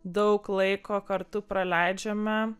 daug laiko kartu praleidžiame